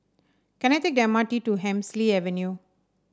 can I take the M R T to Hemsley Avenue